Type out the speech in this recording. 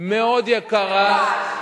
מאוד יקרה, לכו לגעש.